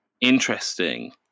interesting